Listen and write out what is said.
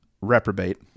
reprobate